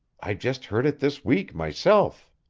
i just heard it this week, myself.